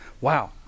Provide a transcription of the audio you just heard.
Wow